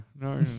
no